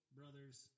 brothers